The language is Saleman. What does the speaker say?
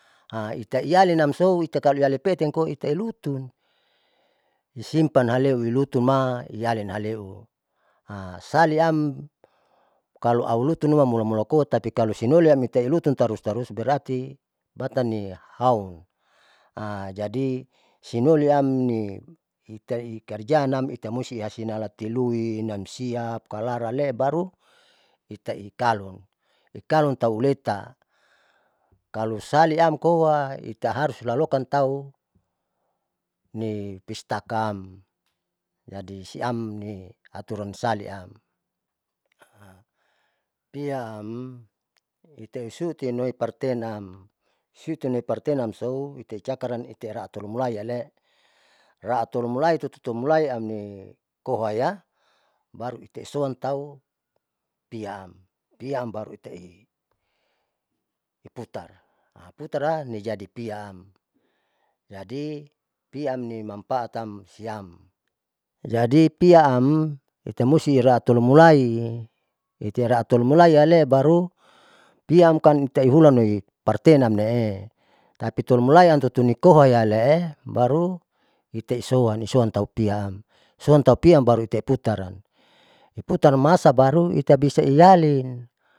itaialinam sou itakaliali peetin itailutun simpan haleu lumilutunma iyaliam, haleu salaam kalo au lutun luma mula mula koa tapi kalo sinoliam itailutun tarus tarus berarti batani hau jadi sinoliam ni itaikarjatam itamusti lasinam talinui namsiap kalo laran le'e baru itai kalun, ikalun tauleta kalo salaam koa itaharus lalokan tau nipistakam jadi siam ni atur amsali am piaam itaeisu'uti noiparenam, su'uti noipartenam sou itaejaka ran ipiara tolumulai iyale'e raatolo mulai tutu mulai amni koaheya barui itaiso talu piam piam baru itae iputa putaran nijadi piaam, jadi piam ni manpaatan siam jadi piaam ita musti ratolumulai ipiara atolunmulai ale'e baru piakan itaihula loi partenamne'e papitolu ulaiam hutunikohaiale baru ite'i soa nisoan tau piaam soan tau piam baru iteiputara iputar masabariu itabisa ialin.